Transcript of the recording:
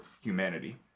humanity